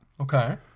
Okay